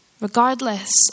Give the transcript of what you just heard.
Regardless